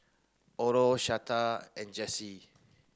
Orlo Shasta and Jessi